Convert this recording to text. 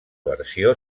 versió